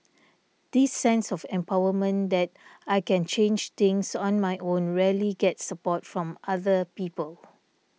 this sense of empowerment that I can change things on my own rarely gets support from other people